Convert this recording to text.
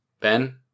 Ben